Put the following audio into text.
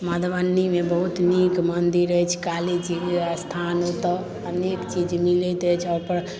मधुबनीमे बहुत नीक मन्दिर अछि कालीजीके स्थान अछि ओतय अनेक चीज मिलैत अछि ओहि पर